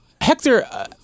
Hector